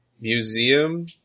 museum